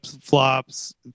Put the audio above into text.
flops